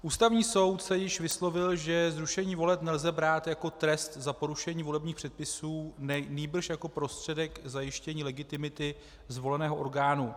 Ústavní soud se již vyslovil, že zrušení voleb nelze brát jako trest za porušení volebních předpisů, nýbrž jako prostředek k zajištění legitimity zvoleného orgánu.